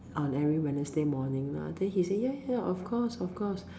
on every Wednesday morning lah then he said ya ya ya of course of course